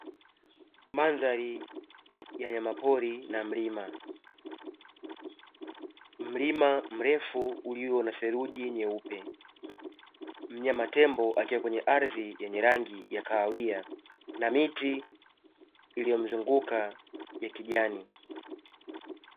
Mandhari ya wanyama pori na mlima, mlima mrefu ulio na theluji nyeupe, mnyama tembo akiwa kwenye ardhi yenye rangi ya kahawia, na miti iliyomzunguka ya kijani.